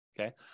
okay